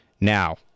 now